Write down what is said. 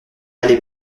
aller